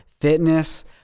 fitness